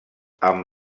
amb